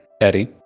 Eddie